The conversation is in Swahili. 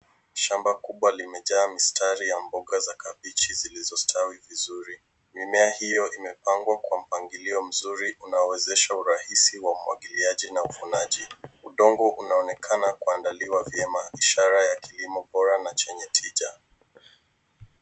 Shamba kubwa limejaa mistari ya mboga za kabichi zilizostawi vizuri. Mimea hiyo imepangwa kwa mpangilio mzuri unaowezesha urahisi wa umwagiliaji na uvunaji. Udongo unaonekana kuandaliwa vyema ishara ya kilimo bora na chenye tija.